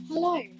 Hello